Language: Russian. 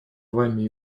вами